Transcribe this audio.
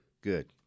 Good